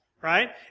right